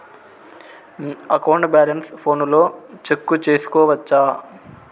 account balance ఫోనులో చెక్కు సేసుకోవచ్చా